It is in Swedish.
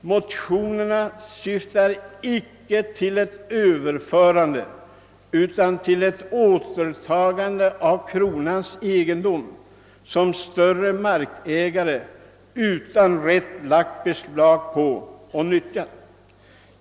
Motionen syftar icke till ett överförande utan till ett återtagande av kronans egendom, som större markägare utan rätt lagt beslag på och nyttjat.